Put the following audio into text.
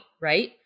right